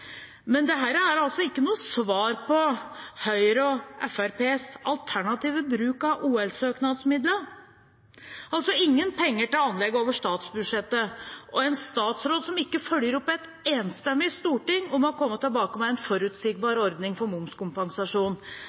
Men dette er ikke noe svar på Høyre og Fremskrittspartiets alternative bruk av OL-søknadsmidlene – altså: ingen penger til anlegg over statsbudsjettet, og en statsråd som ikke følger opp et enstemmig storting om å komme tilbake med en forutsigbar ordning for momskompensasjon.